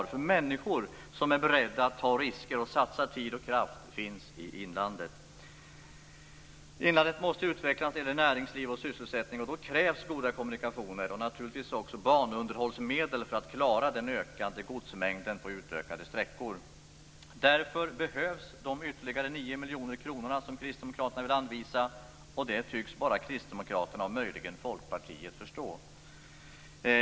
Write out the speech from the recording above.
Det finns människor som är beredda att ta risker och satsa tid och kraft i inlandet. Inlandet måste utvecklas när det gäller näringsliv och sysselsättning. Då krävs goda kommunikationer och naturligtvis också banunderhållsmedel för att klara den ökande godsmängden på utökade sträckor. Därför behövs de ytterligare 9 miljoner kronorna som kristdemokraterna vill anvisa. Detta tycks bara kristdemokraterna och möjligen Folkpartiet förstå.